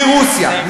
מרוסיה,